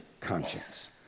conscience